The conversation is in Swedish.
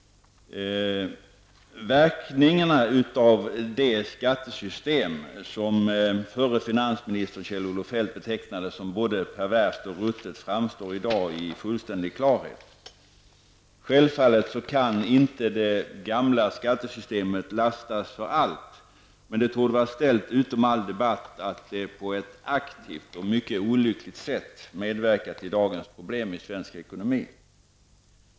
Verkningarna av det skattesystem som före finansministern Kjell-Olof Feldt betecknade både perverst och ruttet framstår i dag med fullständig klarhet. Självfallet kan inte det gamla skattesystemet belastas för allt, men det torde vara ställt utom all debatt att de på ett aktivt, och mycket olyckligt, sätt medverkat till dagens problem i svensk ekonomi.